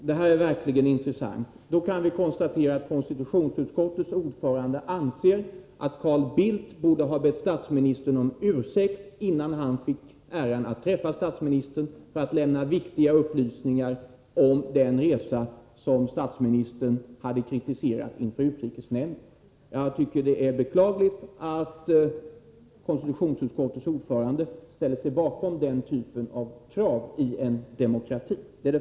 Fru talman! Det här är intressant. Då kan vi konstatera att konstitutionsutskottets ordförande anser att Carl Bildt borde ha bett statsministern om ursäkt innan han fick äran att träffa statsministern för att lämna viktiga upplysningar om den resa som statsministern hade kritiserat inför utrikesnämnden. Jag tycker att det är beklagligt att konstitutionsutskottets ordförande ställt sig bakom den typen av krav i en demokrati.